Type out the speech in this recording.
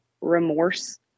remorse